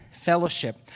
fellowship